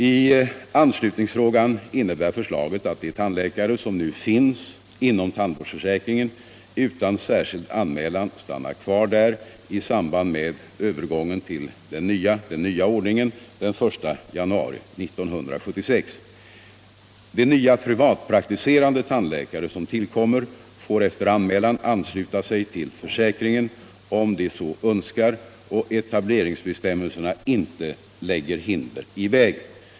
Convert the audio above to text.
I anslutningsfrågan innebär förslaget att de tandläkare som nu finns inom tandvårdsförsäkringen utan särskild anmälan stannar kvar där i samband med övergången till den nya ordningen den 1 januari 1976. De nya privatpraktiserande tandläkare som tillkommer får efter anmälan ansluta sig till försäkringen, om de så önskar och etableringsbestämmelserna inte lägger hinder i vägen.